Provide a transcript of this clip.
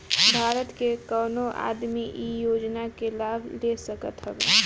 भारत के कवनो आदमी इ योजना के लाभ ले सकत हवे